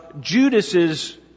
Judas's